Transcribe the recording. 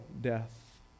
death